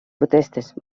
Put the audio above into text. protestes